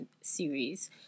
series